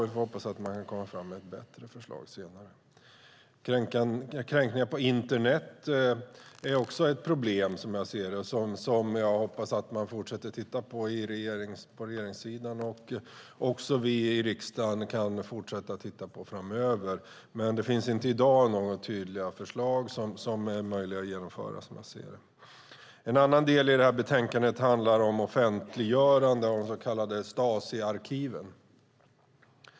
Vi får hoppas att man kan komma fram med ett bättre förslag senare. Kränkningar på internet är också ett problem, och jag hoppas att regeringen fortsätter att se över den frågan. Också vi i riksdagen kan fortsätta att se över den framöver. Men i dag finns det inte några tydliga förslag som är möjliga att genomföra. En annan del i detta betänkande handlar om offentliggörande av de så kallade Stasiarkiven.